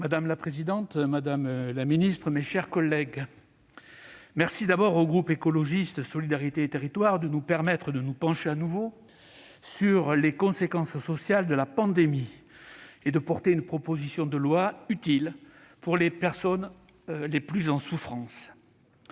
Madame la présidente, madame la secrétaire d'État, mes chers collègues, je remercie le groupe Écologiste - Solidarité et Territoires de nous permettre de nous pencher à nouveau sur les conséquences sociales de la pandémie et de porter une proposition de loi utile pour les personnes qui sont le plus en souffrance.